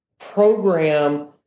program